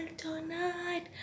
tonight